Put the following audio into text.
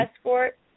escort